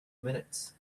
minutes